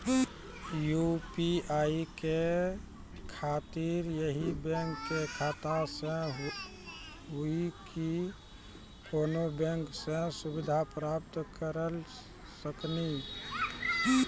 UPI के खातिर यही बैंक के खाता से हुई की कोनो बैंक से सुविधा प्राप्त करऽ सकनी?